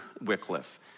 Wycliffe